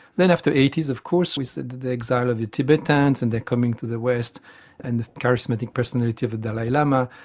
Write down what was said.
then after eighties, of course, with the the exile of the tibetans and their coming to the west and the charismatic personality of the dalai lama,